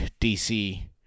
DC